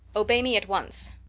obey me at once.